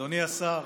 אדוני השר,